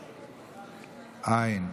אין.